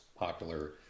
popular